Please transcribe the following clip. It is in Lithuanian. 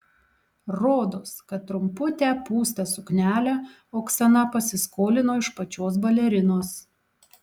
rodos kad trumputę pūstą suknelę oksana pasiskolino iš pačios balerinos